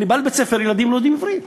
אני בא לבית-ספר, ילדים לא יודעים עברית.